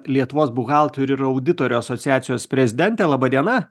lietuvos buhalterių ir auditorių asociacijos prezidentė laba diena